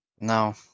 No